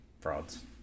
frauds